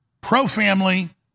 pro-family